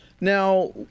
Now